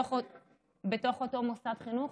בתוך אותו מוסד חינוך.